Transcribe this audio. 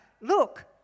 Look